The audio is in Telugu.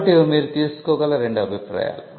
కాబట్టి ఇవి మీరు తీసుకోగల రెండు అభిప్రాయాలు